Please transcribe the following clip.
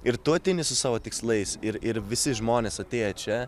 ir tu ateini su savo tikslais ir ir visi žmonės atėję čia